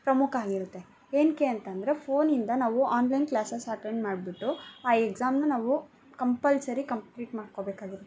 ಪ್ರಮುಖ ಆಗಿರುತ್ತೆ ಏಕೆ ಅಂತಂದರೆ ಫೋನಿಂದ ನಾವು ಆನ್ಲೈನ್ ಕ್ಲಾಸಸ್ ಅಟೆಂಡ್ ಮಾಡಿಬಿಟ್ಟು ಆ ಎಕ್ಸಾಮ್ನ ನಾವು ಕಂಪಲ್ಸರಿ ಕಂಪ್ಲೀಟ್ ಮಾಡ್ಕೊಳ್ಬೇಕಾಗಿರುತ್ತೆ